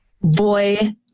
boy